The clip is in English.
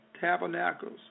Tabernacles